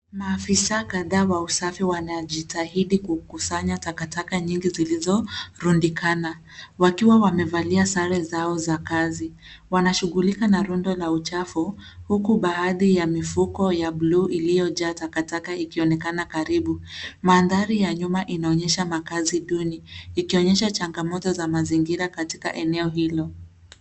Maafisa kadhaa wa usafi wanajitahidi kukusanya takataka nyingi zilizorundikana; wakiwa wamevalia sare zao za kazi. Wanashughulika na rundo la uchafu, huku baadhi ya mifuko ya bluu iliyojaa takataka ikionekana karibu. Mandhari ya nyuma inaonyesha makazi duni, ikionyesha changamoto za mazingira katika eneo hilo.